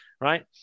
Right